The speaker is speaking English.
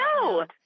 no